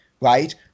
right